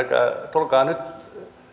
tulkaa nyt